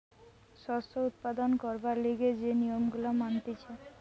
শস্য উৎপাদন করবার লিগে যে নিয়ম গুলা মানতিছে